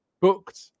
Booked